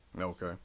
Okay